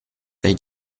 they